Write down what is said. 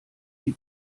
die